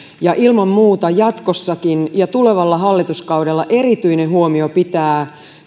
ja ilman muuta jatkossakin ja tulevalla hallituskaudella erityinen huomio pitää